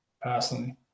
personally